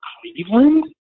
Cleveland